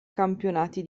campionati